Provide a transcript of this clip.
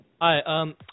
Hi